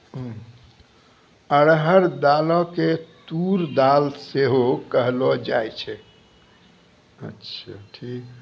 अरहर दालो के तूर दाल सेहो कहलो जाय छै